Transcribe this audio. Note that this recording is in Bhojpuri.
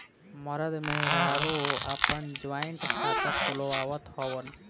मरद मेहरारू आपन जॉइंट खाता खुलवावत हवन